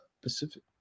specific